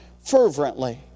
fervently